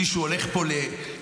מישהו הולך פה לברוח?